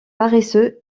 paresseux